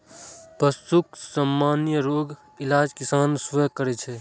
पशुक सामान्य रोगक इलाज किसान स्वयं करै छै